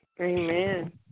amen